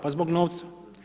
Pa zbog novca.